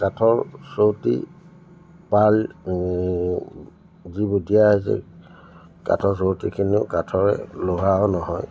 কাঠৰ চৌতি পাল যিবোৰ দিয়া হৈছে কাঠৰ চৌতিখিনিও কাঠৰে লোহা নহয়